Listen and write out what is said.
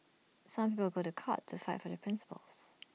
some people go to court to fight for their principles